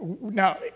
Now